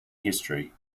history